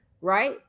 right